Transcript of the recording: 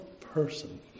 person